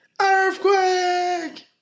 Earthquake